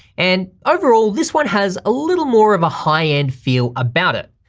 and overall this one has a little more of a high-end feel about it.